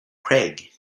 craig